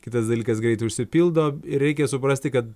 kitas dalykas greitai užsipildo reikia suprasti kad